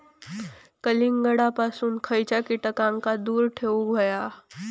कलिंगडापासून खयच्या कीटकांका दूर ठेवूक व्हया?